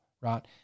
right